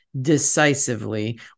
decisively